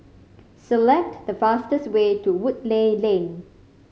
select the fastest way to Woodleigh Lane